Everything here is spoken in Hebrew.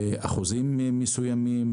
באחוזים מסוימים,